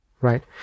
right